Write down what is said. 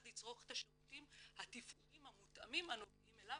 לצרוך את השירותים התפעוליים המותאמים הנוגעים אליו,